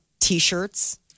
T-shirts